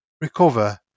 recover